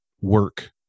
work